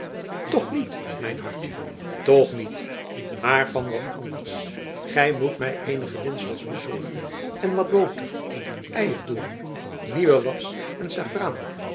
toch niet mijn hartje toch niet maar van wat anders gij moet mij eenige windsels bezorgen en wat boter eierdooren nieuwe was en